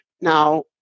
Now